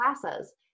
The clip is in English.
classes